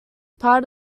part